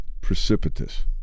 precipitous